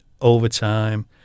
overtime